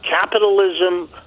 capitalism